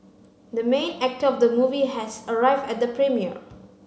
the main actor of the movie has arrived at the premiere